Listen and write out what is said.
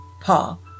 Paul